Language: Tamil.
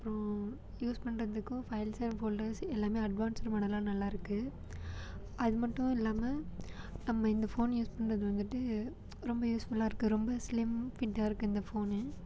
அப்றம் யூஸ் பண்ணுறதுக்கும் ஃபைல்ஸ் அண்ட் ஃபோல்டர்ஸ் எல்லாமே அட்வான்ஸ்டு மாடலாக நல்லாருக்குது அது மட்டும் இல்லாமல் நம்ம இந்த ஃபோன் யூஸ் பண்ணுறது வந்துட்டு ரொம்ப யூஸ்ஃபுல்லாக இருக்குது ரொம்ப ஸ்லிம் ஃபிட்டாருக்குது இந்த ஃபோனு